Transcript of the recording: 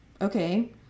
Okay